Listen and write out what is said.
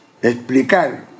Explicar